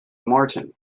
martin